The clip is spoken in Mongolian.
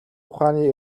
ухааны